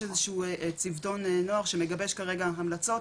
איזשהו ציוותון נוער שמגבש כרגע המלצות